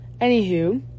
Anywho